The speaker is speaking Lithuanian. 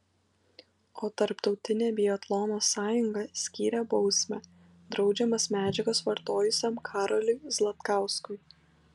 o tarptautinė biatlono sąjunga skyrė bausmę draudžiamas medžiagas vartojusiam karoliui zlatkauskui